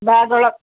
ಬ್ಯಾಗೊಳಗೆ